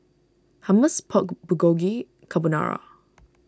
Hummus Pork Bulgogi Carbonara